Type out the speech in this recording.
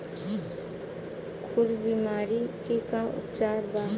खुर बीमारी के का उपचार बा?